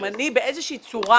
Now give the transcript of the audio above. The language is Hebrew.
אם באיזושהי צורה